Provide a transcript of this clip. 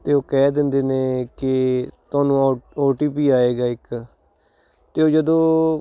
ਅਤੇ ਉਹ ਕਹਿ ਦਿੰਦੇ ਨੇ ਕਿ ਤੁਹਾਨੂੰ ਓਟੀਪੀ ਆਏਗਾ ਇੱਕ ਅਤੇ ਉਹ ਜਦੋਂ